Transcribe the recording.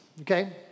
Okay